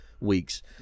weeks